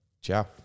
Ciao